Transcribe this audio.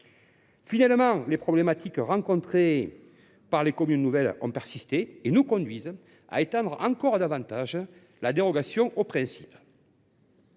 Finalement, les problématiques rencontrées par les communes nouvelles ont persisté et nous conduisent à étendre encore davantage la dérogation au principe.